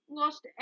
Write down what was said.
lost